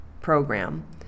program